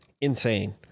insane